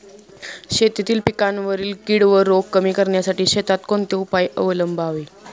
शेतातील पिकांवरील कीड व रोग कमी करण्यासाठी शेतात कोणते उपाय अवलंबावे?